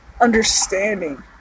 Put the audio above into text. understanding